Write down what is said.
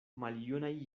maljunaj